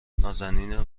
نازنین